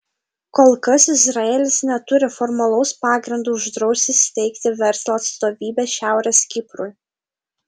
kol kas izraelis neturi formalaus pagrindo uždrausti steigti verslo atstovybę šiaurės kiprui